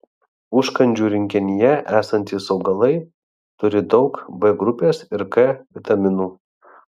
užkandžių rinkinyje esantys augalai turi daug b grupės ir k vitaminų